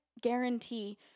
guarantee